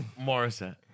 Morissette